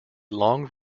long